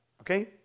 okay